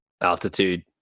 Altitude